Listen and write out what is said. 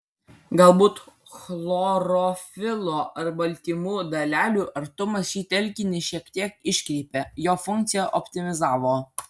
galbūt chlorofilo ar baltymų dalelių artumas šį telkinį šiek tiek iškreipė jo funkciją optimizavo